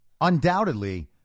undoubtedly